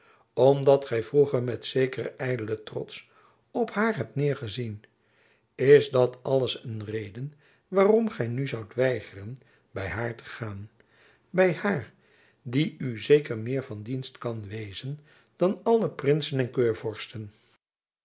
omdat gy vroeger met zekeren ydelen trots op haar hebt neêrgezien is dat alles een reden waarom gy nu zoudt weigeren by haar te gaan by haar die u zeker van meer dienst kan wezen dan alle prinsen en keurvorsten